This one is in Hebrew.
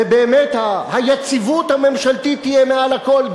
ובאמת היציבות הממשלתית תהיה מעל הכול,